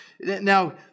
Now